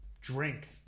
drink